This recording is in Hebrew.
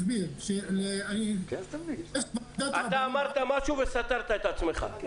אתה אמרת משהו וסתרת את עצמך.